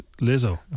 Lizzo